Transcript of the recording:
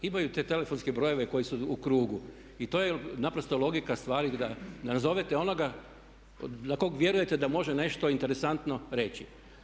Imaju te telefonske brojeve koji su u krugu i to je naprosto logika stvari da nazovete onoga za kog vjerujete da može nešto interesantno reći.